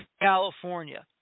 California